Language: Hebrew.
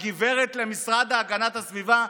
גב' המשרד להגנת הסביבה,